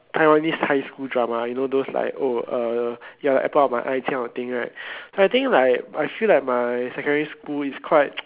Taiwanese high school drama you know those like oh uh you are the apple of my eye this kind of thing right so I think like I feel like my secondary school is quite